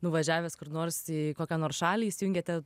nuvažiavęs kur nors į kokią nors šalį įsijungiate